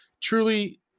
truly